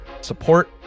support